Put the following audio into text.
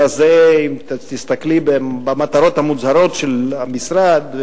אלא אם תסתכלי על המטרות המוצהרות של המשרד,